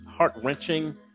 heart-wrenching